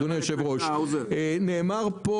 נאמר פה